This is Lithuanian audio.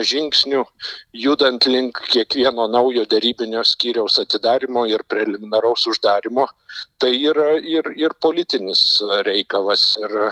žingsnių judant link kiekvieno naujo tarybinio skyriaus atidarymo ir preliminaraus uždarymo tai yra ir ir politinis reikalas ir